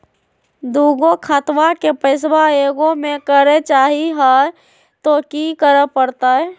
दू गो खतवा के पैसवा ए गो मे करे चाही हय तो कि करे परते?